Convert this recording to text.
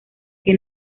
que